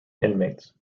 inmates